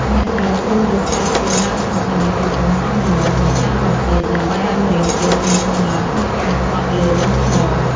អ្នកត្រូវជ្រើសរើសស្បែកជើងឡើងភ្នំដែលមានទំហំសមល្មម និងតឹងបន្តិច ដើម្បីឱ្យម្រាមជើងមានកម្លាំងក្នុងការជាន់លើដុំថ្ម។